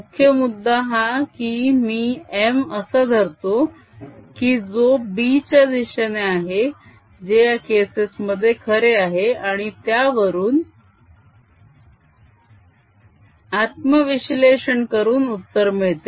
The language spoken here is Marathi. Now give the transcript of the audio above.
मुख्य मुद्दा हा की मी m असा धरतो की जो b च्या दिशेने आहे जे या केसेस मध्ये खरे आहे आणि त्यावरून आत्म विश्लेषण करून उत्तर मिळते